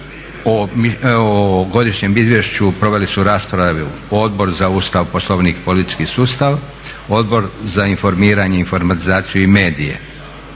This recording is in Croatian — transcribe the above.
O godišnjem izvješću proveli su raspravu Odbor za Ustav, Poslovnik i politički sustav, Odbor za informiranje, informatizaciju i medije.